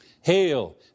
Hail